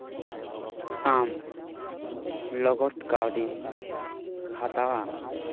ᱟᱢ ᱞᱚᱜᱚᱛ ᱠᱟ ᱣᱰᱤᱢ ᱦᱟᱛᱟᱣᱟ